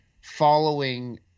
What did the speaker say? following